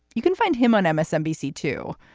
you can find him on msnbc, too,